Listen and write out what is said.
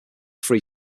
free